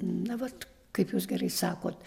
na vat kaip jūs gerai sakot